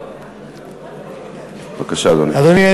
בבקשה, אדוני.